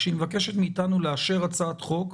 כשהיא מבקשת מאיתנו לאשר הצעת חוק,